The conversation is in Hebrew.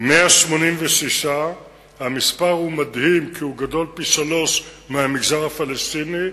186. המספר הוא מדהים כי הוא גדול פי-שלושה מבמגזר הפלסטיני,